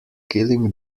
killing